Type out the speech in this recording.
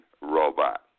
robot